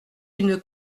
une